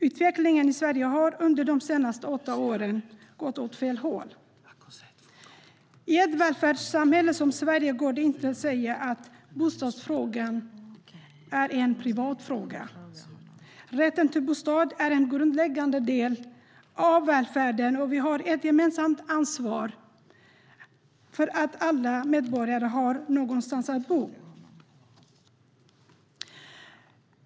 Utvecklingen i Sverige har under de senaste åtta åren gått åt fel håll.I ett välfärdssamhälle som Sverige går det inte att säga att bostadsfrågan är en privat fråga. Rätten till bostad är en grundläggande del av välfärden, och vi har ett gemensamt ansvar för att alla medborgare har någonstans att bo.